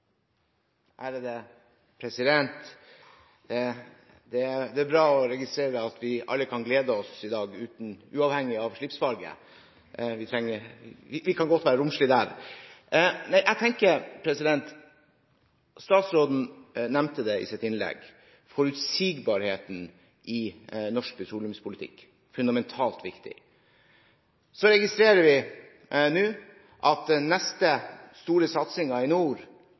er bra å registrere at vi alle kan glede oss i dag, uavhengig av slipsfarge. Vi kan godt være romslige der. Statsråden nevnte i sitt innlegg forutsigbarheten i norsk petroleumspolitikk. Det er fundamentalt viktig. Så registrerer vi nå at den neste store satsingen i nord,